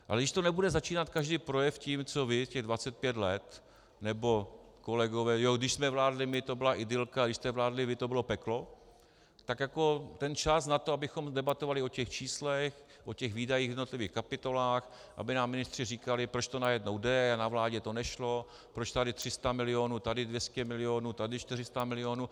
Ale když nebude začínat každý projev tím, co vy těch 25 let, nebo kolegové, jo, když jsme vládli my, to byla idylka, když jste vládli vy, to bylo peklo, tak čas na to, abychom debatovali o číslech, o výdajích v jednotlivých kapitolách, aby nám ministři říkali, proč to najednou jde a na vládě to nešlo, proč tady 300 milionů, tady 200 milionů, tady 400 milionů.